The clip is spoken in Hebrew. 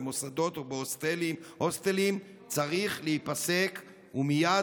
במוסדות ובהוסטלים צריך להיפסק ומייד,